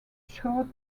short